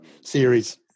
series